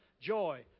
joy